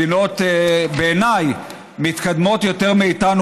מדינות שבעיניי מתקדמות יותר מאיתנו,